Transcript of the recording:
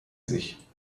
sich